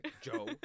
Joe